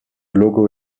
logo